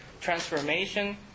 transformation